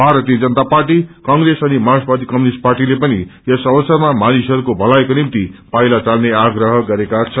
भारतीय Janata party Congress अनि मार्क्सवादी कम्युनिष्ट पार्टीले पनि यस अवसरमा मानिसहरूको भलाईको निम्ति पाइला चाल्ने आग्रह गरेका छन्